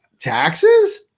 Taxes